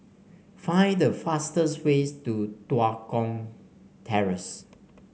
find the fastest way to Tua Kong Terrace